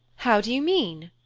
how do you mean?